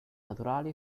naturali